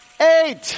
Eight